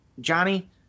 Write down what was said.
Johnny